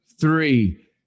three